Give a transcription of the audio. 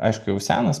aišku jau senas